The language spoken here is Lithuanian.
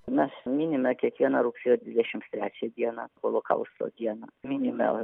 mes minime kiekvieną rugsėjo dvidešimts trečią dieną holokausto dieną minime